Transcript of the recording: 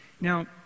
Now